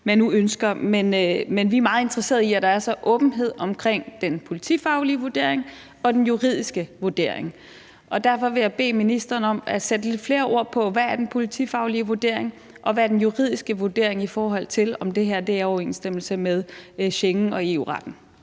Men vi er meget interesseret i, at der er åbenhed omkring den politifaglige vurdering og den juridiske vurdering, og derfor vil jeg bede ministeren om at sætte lidt flere ord på, hvad den politifaglige vurdering er, og hvad den juridiske vurdering er, i forhold til om det her er i overensstemmelse med Schengen og EU-retten.